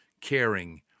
caring